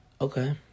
Okay